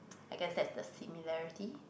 I guess that's the similarity